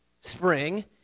spring